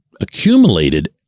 accumulated